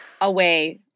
away